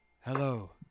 hello